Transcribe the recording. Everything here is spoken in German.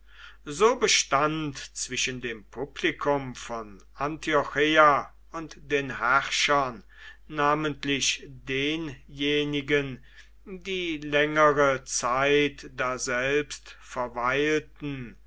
so bestand zwischen dem publikum von antiocheia und den herrschern namentlich denjenigen die längere zeit daselbst verweilten